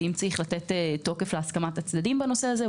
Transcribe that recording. ואם צריך לתת תוקף להסכמת הצדדים בנושא הזה,